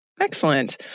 Excellent